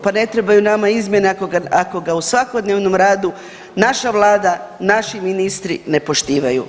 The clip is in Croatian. Pa ne trebaju nama izmjene ako ga u svakodnevnom radu naša vlada, naši ministri ne poštivaju.